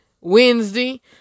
Wednesday